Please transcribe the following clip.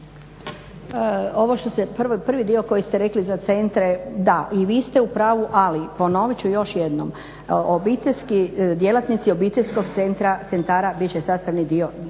prvi dio koji ste rekli za centre, da, i vi ste u pravu ali ponovit ću još jednom djelatnici obiteljskih centara bit će sastavni dio